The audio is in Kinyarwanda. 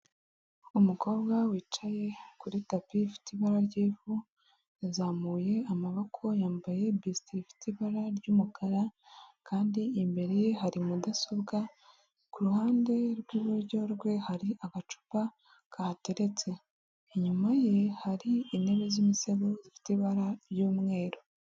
Umukobwa wicaye kuri tapi ifite ibara ry'ivu, yazamuye amaboko yambaye bisitiri ifite ibara ry'umukara kandi imbere ye hari mudasobwa, ku ruhande rw'iburyo rwe hari agacupa kateretse, inyuma ye hari intebe z'imisego zifite ibara ry'umweru.